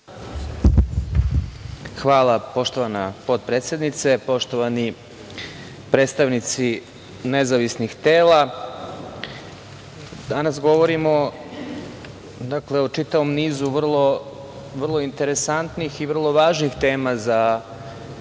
Hvala, poštovana potpredsednice. Poštovani predstavnici nezavisnih tela, danas govorimo o čitavom nizu vrlo interesantnih i vrlo važnih tema za našu